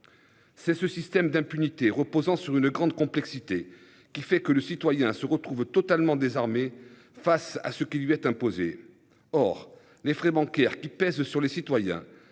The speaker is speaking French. C'est ce système d'impunité reposant sur une grande complexité qui fait que le citoyen se retrouvent totalement désarmés face à ce qui lui est imposé. Or les frais bancaires qui pèse sur les citoyens